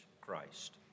Christ